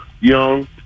young